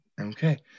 Okay